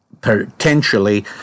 potentially